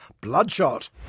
Bloodshot